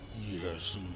Yes